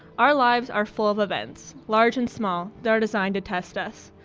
our lives are full of events, large and small, that are designed to test us.